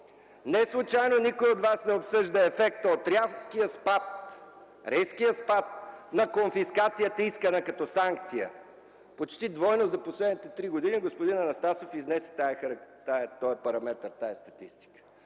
Неслучайно никой от вас не обсъжда ефекта от резкия спад на конфискацията, искана като санкция – почти двойно за последните три години. Господин Анастасов изнесе тази статистика.